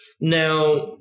Now